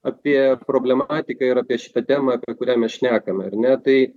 apie problematiką ir apie šitą temą apie kurią mes šnekame ar ne tai